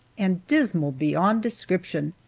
and dismal beyond description,